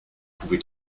pouvez